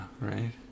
right